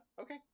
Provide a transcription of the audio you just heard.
okay